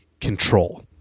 control